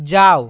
যাও